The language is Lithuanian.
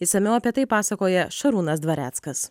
išsamiau apie tai pasakoja šarūnas dvareckas